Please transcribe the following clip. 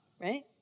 Right